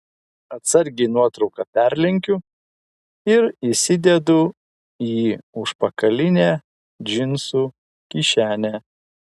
atsargiai nuotrauką perlenkiu ir įsidedu į užpakalinę džinsų kišenę